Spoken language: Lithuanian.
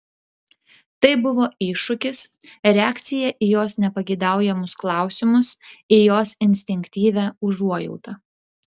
tai buvo iššūkis reakcija į jos nepageidaujamus klausimus į jos instinktyvią užuojautą